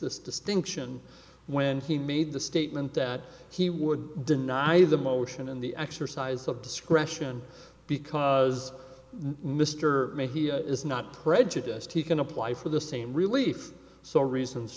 this distinction when he made the statement that he would deny the motion and the exercise of discretion because mr may he is not prejudiced he can apply for the same relief so reasons